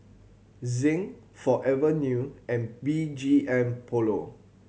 Zinc Forever New and B G M Polo